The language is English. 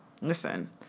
Listen